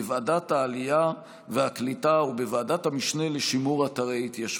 בוועדת העלייה והקליטה ובוועדת המשנה לשימור אתרי התיישבות.